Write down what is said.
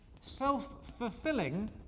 self-fulfilling